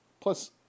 Plus